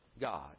God